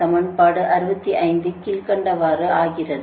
சமன்பாடு 65 கீழ்க்கண்டவாறு ஆகிறது